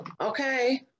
okay